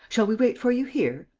shall we wait for you here?